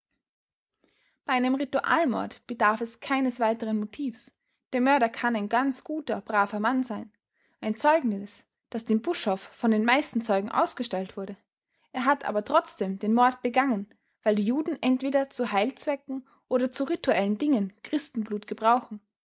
bei einem ritualmord bedarf es keines weiteren motivs der mörder kann ein ganz guter braver mann sein ein zeugnis das dem buschhoff von den meisten zeugen ausgestellt wurde er hat aber trotzdem den mord begangen weil die juden entweder zu heilzwecken oder zu rituellen dingen christenblut gebrauchen